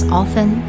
often